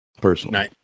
personally